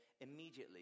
immediately